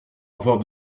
avoir